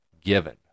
given